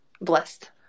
blessed